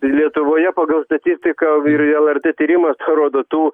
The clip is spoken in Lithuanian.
lietuvoje pagal pagal statistiką ir lrt tyrimas parodo tų